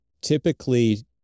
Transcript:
typically